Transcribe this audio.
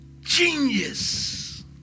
genius